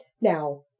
Now